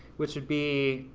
which would be,